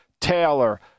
Taylor